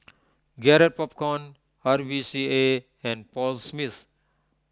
Garrett Popcorn R V C A and Paul Smith